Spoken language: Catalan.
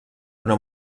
una